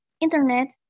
internet